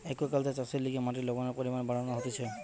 aquaculture চাষের লিগে মাটির লবণের পরিমান বাড়ানো হতিছে